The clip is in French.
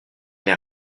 n’ai